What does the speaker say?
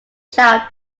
child